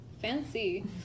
fancy